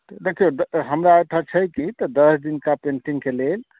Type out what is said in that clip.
देखियौ तऽ हमरा ओहिठाम छै कि दस दिनका पेन्टिंगके लेल